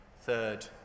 third